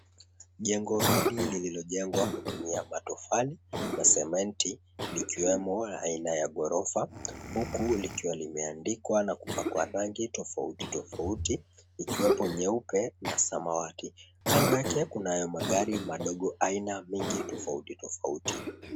Jengo hili lililojengwa kutumia matofali na sementi likiwemo aina ya ghorofa huku likiwa limeandikwa na kupakwa rangi tofauti tofauti ikiwepo nyeupe na samawati. Kando yake kunayo magari madogo aina mingi tofauti tofauti.